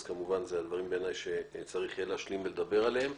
אז כמובן זה על דברים שצריך יהיה להשלים ולדבר עליהם.